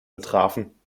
betrafen